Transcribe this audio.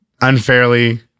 Unfairly